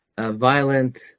violent